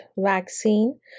vaccine